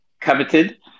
coveted